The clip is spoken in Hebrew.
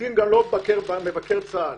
לעיתים גם לא מבקר צה"ל.